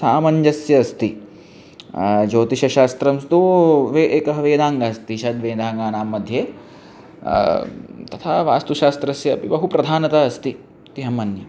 सामञ्जस्यम् अस्ति ज्योतिषशास्त्रन्तु वे एकंं वेदाङ्गम् अस्ति षड् वेदाङ्गानां मध्ये तथा वास्तुशास्त्रस्य अपि बहु प्रधानता अस्ति इति अहं मन्ये